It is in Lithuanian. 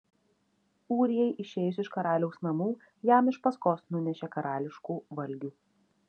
ūrijai išėjus iš karaliaus namų jam iš paskos nunešė karališkų valgių